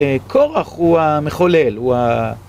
קורח הוא המחולל, הוא ה...